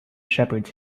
shepherds